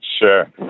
Sure